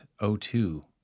O2